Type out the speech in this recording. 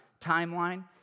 timeline